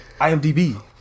IMDb